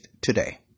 Today